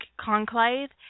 conclave